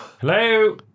hello